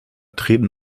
treten